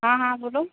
हाँ हाँ बोलो